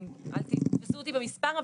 אל תתפסו אותי במספר,